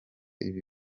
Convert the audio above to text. ibi